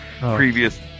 previous